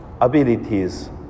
abilities